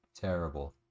Terrible